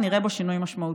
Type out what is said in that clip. מהשטחים הפלסטיניים הכבושים: